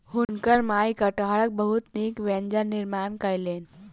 हुनकर माई कटहरक बहुत नीक व्यंजन निर्माण कयलैन